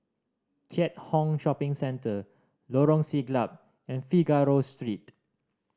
Keat Hong Shopping Centre Lorong Siglap and Figaro Street